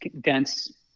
dense